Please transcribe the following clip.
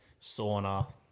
sauna